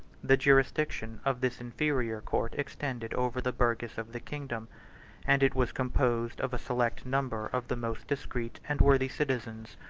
the jurisdiction of this inferior court extended over the burgesses of the kingdom and it was composed of a select number of the most discreet and worthy citizens,